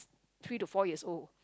three to four years old